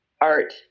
art